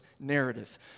narrative